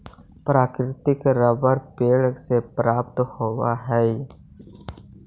प्राकृतिक रबर पेड़ से प्राप्त होवऽ हइ